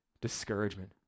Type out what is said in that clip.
discouragement